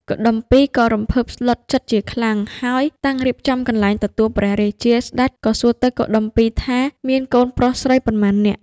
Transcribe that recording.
កុដុម្ពីក៍ក៏រំភើបស្លុតក្នុងចិត្ដជាខ្លាំង ហើយតាំងរៀបចំកន្លែងទទួលព្រះរាជា ស្ដេចក៏សួរទៅកុដុម្ពីក៍ថាមានកូនប្រុសស្រីប៉ុន្មាននាក់?។